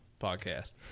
podcast